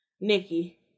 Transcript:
Nikki